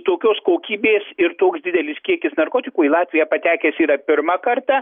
tokios kokybės ir toks didelis kiekis narkotikų į latviją patekęs yra pirmą kartą